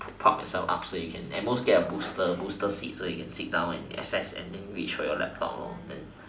prop yourself up so you can at most get a booster a booster seat so you can sit down and then reach your laptop